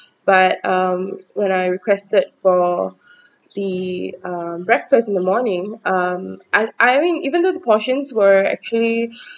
but um when I requested for the uh breakfast in the morning um I I having even though the portions were actually